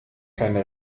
keine